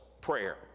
prayer